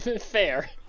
Fair